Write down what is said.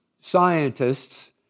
scientists